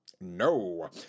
No